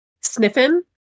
sniffing